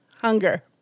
hunger